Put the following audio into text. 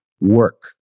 work